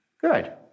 good